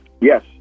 Yes